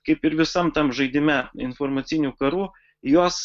kaip ir visam tam žaidime informacinių karų jos